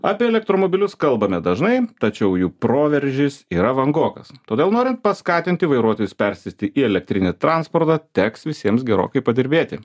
apie elektromobilius kalbame dažnai tačiau jų proveržis yra vangokas todėl norint paskatinti vairuotojus persėsti į elektrinį transportą teks visiems gerokai padirbėti